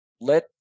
let